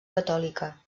catòlica